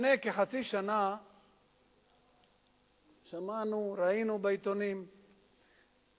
לפני כחצי שנה שמענו, ראינו בעיתונים בשורות,